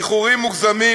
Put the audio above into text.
איחורים מוגזמים,